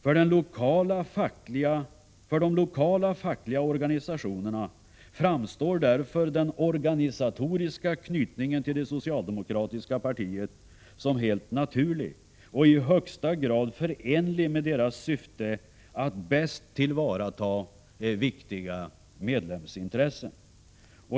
För de lokala fackliga organisationerna framstår därför den organisatoriska knytningen till det socialdemokratiska partiet som helt naturlig, och i högsta grad förenlig med deras syfte att bäst tillvarata viktiga medlemsintressen.